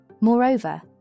Moreover